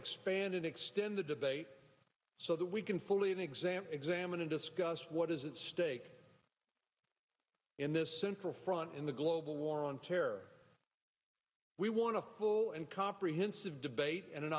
expand and extend the debate so that we can fully in exam examine and discuss what is its stake in this central front in the global war on terror we want a whole and comprehensive debate and an